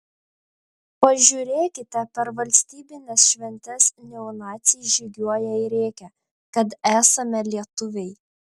pažiūrėkite per valstybines šventes neonaciai žygiuoja ir rėkia kad esame lietuviai